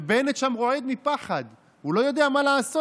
ובנט שם רועד מפחד, הוא לא יודע מה לעשות.